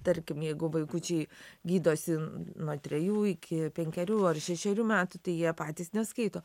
tarkim jeigu vaikučiai gydosi nuo trejų iki penkerių ar šešerių metų tai jie patys neskaito